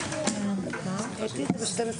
בשעה